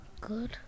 good